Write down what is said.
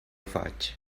faig